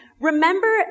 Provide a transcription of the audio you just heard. remember